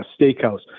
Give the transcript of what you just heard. steakhouse